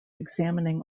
examining